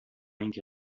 اینکه